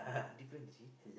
different is it